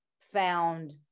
found